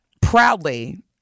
proudly